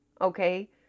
Okay